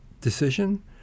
decision